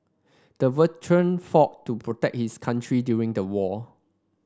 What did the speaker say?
the veteran fought to protect his country during the war